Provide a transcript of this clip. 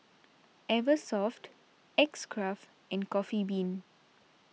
Eversoft X Craft and Coffee Bean